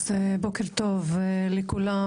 בוקר טוב לכולם,